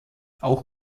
auch